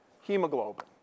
hemoglobin